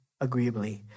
agreeably